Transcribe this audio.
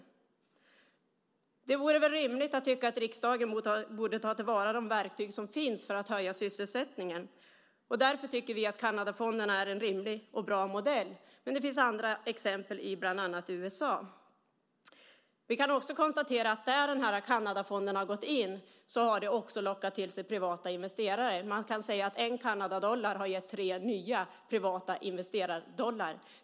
Det vore väl rimligt att tycka att riksdagen borde ta till vara de verktyg som finns för att höja sysselsättningen. Därför tycker vi att Kanadafonderna är en rimlig och bra modell. Men det finns också andra exempel, bland annat i USA. Vi kan också konstatera att där Kanadafonderna har gått in har man lockat till sig privata investerare. Man kan säga att en Kanadadollar har gett tre nya privata investerardollar.